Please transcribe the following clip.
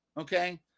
okay